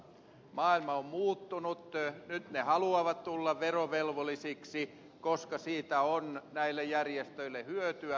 maailma on muuttunut nyt ne haluavat tulla verovelvollisiksi koska siitä on näille järjestöille hyötyä